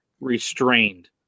restrained